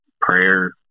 prayer